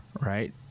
right